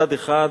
אחד-אחד,